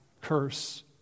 curse